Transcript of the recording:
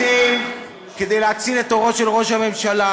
אתם, כדי להציל את עורו של ראש הממשלה,